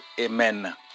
Amen